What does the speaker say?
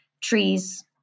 trees